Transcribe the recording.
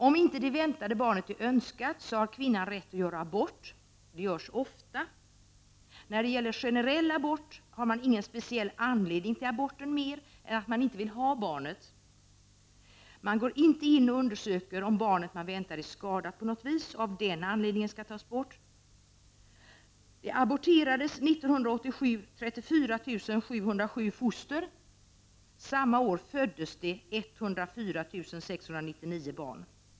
Om det väntade barnet inte är önskat, så har kvinnan rätt att göra abort, och det görs ofta. När det gäller generell abort har man ingen speciell anledning till aborten mer än att man inte vill ha barnet. Man går inte in och undersöker om barnet som väntas är skadat och av den anledningen skall tas bort. 1987 aborterades 34 707 foster, samma år föddes 104 699 barn.